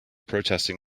protesting